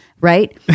right